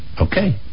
okay